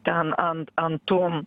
ten ant ant tų